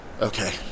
Okay